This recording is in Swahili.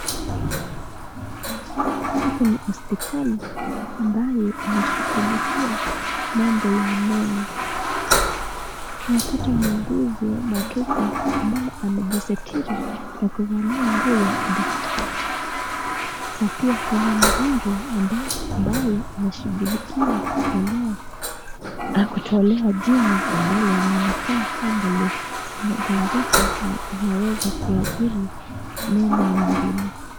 Huku ni hospitali ambayo inashughulikia mambo ya meno. Tunapata muuguzi wa kike ambaye amejisitiri na kuvalia nguo ya udaktari na pia kuna mgojwa ambaye anashughulikiwa kutolewa jino ambalo linaonekana kuwa limegonjeka na linaweza kuathiri meno mengine